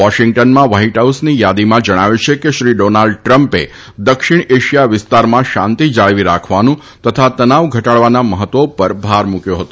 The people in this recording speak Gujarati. વોશીંગ્ટનમાં વ્હાઇટ હાઉસની થાદીમાં જણાવ્યું છે કે શ્રી ડોનાલ્ડ ટ્રમ્પે દક્ષિણ એશિયા વિસ્તારમાં શાંતિ જાળવી રાખવાનું તથા તનાવ ઘટાડવાના મહત્વ ઉપર ભાર મૂક્યો હતો